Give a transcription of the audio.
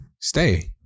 stay